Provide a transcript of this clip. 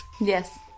Yes